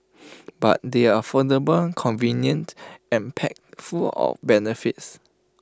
but they are affordable convenient and packed full of benefits